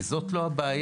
כי זאת לא הבעיה.